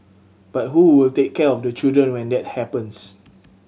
but who will take care of the children when that happens